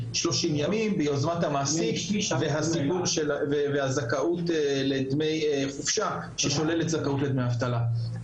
30 ימים ביוזמת המעסיק והזכאות לדמי חופשה ששוללת זכאות לדמי אבטלה.